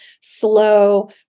slow